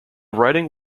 riding